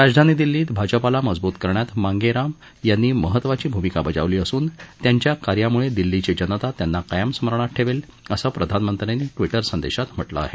राजधानी दिल्लीत भाजपाला मजबूत करण्यात मांगे राम यांनी महत्त्वाची भूमिका बजावली असून त्यांच्या कार्यामुळे दिल्लीची जनता त्यांना कायम स्मरणात ठेवेल असं प्रधानमंत्र्यांनी संदेशात म्हामे आहे